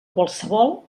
qualsevol